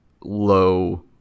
low